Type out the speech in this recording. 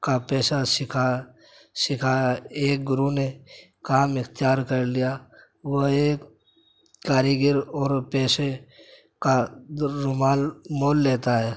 کا پیشہ سیکھا سکھا ایک گرو نے کام اختیار کر لیا وہ ایک کاریگر اور پیشے کا در رومال مول لتیا ہے